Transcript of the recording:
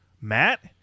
Matt